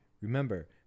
Remember